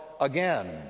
again